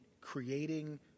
creating